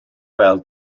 wel